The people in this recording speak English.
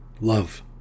love